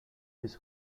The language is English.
his